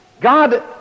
God